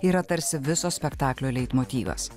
yra tarsi viso spektaklio leitmotyvas